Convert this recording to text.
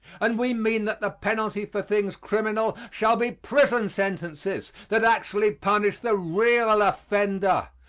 and we mean that the penalty for things criminal shall be prison sentences that actually punish the real offender,